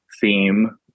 theme